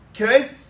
Okay